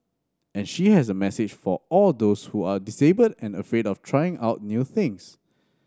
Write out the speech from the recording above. and she has a message for all those who are disabled and afraid of trying out new things